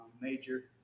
major